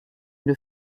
une